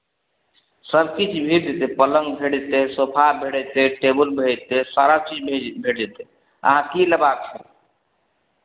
सभकिछु भेट जेतै पलङ्ग भेट जेतै सोफा भेट जेतै टेबुल भेट जेतै सारा चीज भे भेट जेतै अहाँकेँ की लेबाक छै